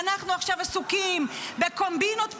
אנחנו עכשיו עסוקים בקומבינות פוליטיות: